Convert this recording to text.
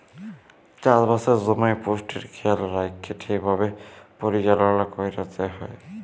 চাষবাসের সময় পুষ্টির খেয়াল রাইখ্যে ঠিকভাবে পরিচাললা ক্যইরতে হ্যয়